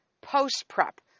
post-prep